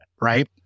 right